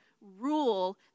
Rule